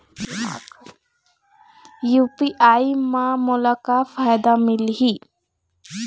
UPI म मोला का फायदा मिलही?